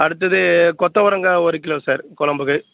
அடுத்தது கொத்தவரங்காய் ஒரு கிலோ சார் கொழம்புக்கு